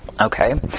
okay